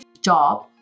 job